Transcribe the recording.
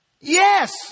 Yes